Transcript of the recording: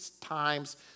times